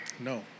No